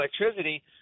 electricity